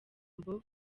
ndirimbo